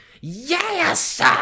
yes